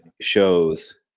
shows